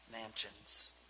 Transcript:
mansions